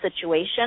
situation